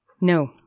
No